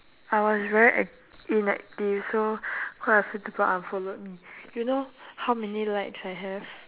I was very ac~ inactive so quite a few people unfollowed me you know how many likes I have